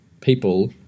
people